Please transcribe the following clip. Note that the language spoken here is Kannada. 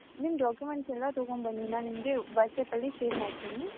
ನಿಮ್ಮ ಡಾಕ್ಯುಮೆಂಟ್ಸ್ ಎಲ್ಲ ತಗೊಂಡ್ಬನ್ನಿ ನಾನು ನಿಮಗೆ ವಾಟ್ಸೇಪಲ್ಲಿ ಶೇರ್ ಮಾಡ್ತೀನಿ